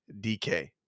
DK